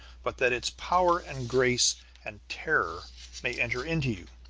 but that its power and grace and terror may enter into you.